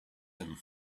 him